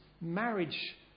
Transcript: marriage